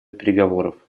переговоров